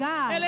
God